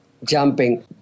Jumping